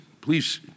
please